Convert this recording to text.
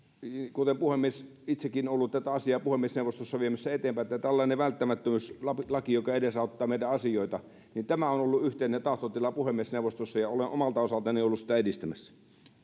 kuten puhemies itsekin ollut tätä asiaa puhemiesneuvostossa viemässä eteenpäin tällainen välttämättömyys laki joka edesauttaa meidän asioitamme on ollut yhteinen tahtotila puhemiesneuvostossa ja olen omalta osaltani ollut sitä edistämässä